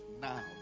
now